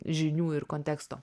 žinių ir konteksto